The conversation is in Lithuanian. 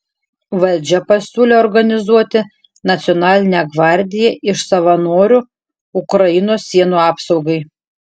valdžia pasiūlė organizuoti nacionalinę gvardiją iš savanorių ukrainos sienų apsaugai